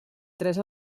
tres